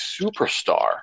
superstar